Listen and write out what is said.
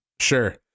Sure